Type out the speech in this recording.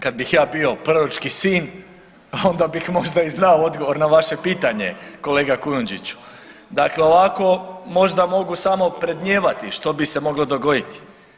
Kad bih ja bio proročki sin, a onda bih možda i znao odgovor na vaše pitanje kolega Kujundžiću, dakle ovako možda mogu samo predmnijevati što bi se moglo dogoditi.